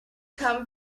come